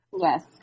Yes